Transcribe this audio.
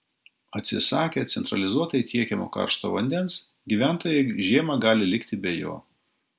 atsisakę centralizuotai tiekiamo karšto vandens gyventojai žiemą gali likti be jo